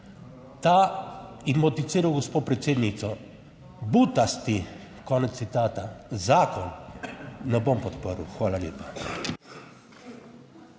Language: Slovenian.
in bom citiral gospo predsednico, ta "butasti", konec citata, zakon ne bom podprl. Hvala lepa.